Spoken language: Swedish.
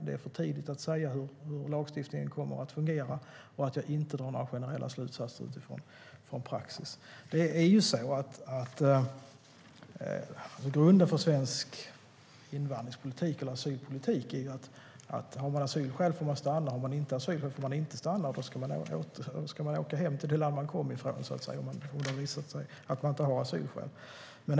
Det är för tidigt att säga hur lagstiftningen kommer att fungera, och jag drar inte några generella slutsatser utifrån praxis. Grunden för svensk asylpolitik är att om man har asylskäl får man stanna, och om man inte har asylskäl får man inte stanna. Man ska åka hem till det land man kom ifrån om det visar sig att man inte har asylskäl.